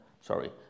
sorry